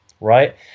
right